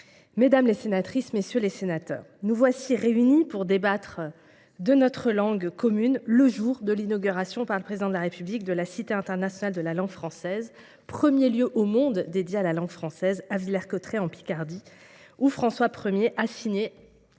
c’est votre souhait –, chère Pascale Gruny, nous voici réunis pour débattre de notre langue commune le jour de l’inauguration, par le Président de la République, de la Cité internationale de la langue française, premier lieu au monde dédié à la langue française, à Villers Cotterêts, en Picardie, où François I a signé,